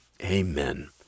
Amen